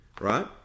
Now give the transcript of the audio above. right